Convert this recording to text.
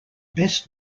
best